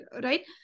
right